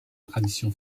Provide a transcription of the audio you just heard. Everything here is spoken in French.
tradition